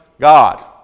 God